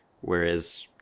whereas